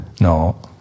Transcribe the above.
No